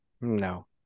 no